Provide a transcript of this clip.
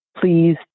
Please